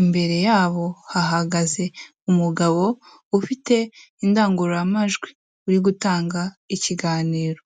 Imbere yabo hahagaze umugabo ufite indangururamajwi, uri gutanga ikiganiro.